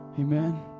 Amen